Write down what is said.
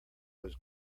was